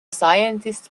scientists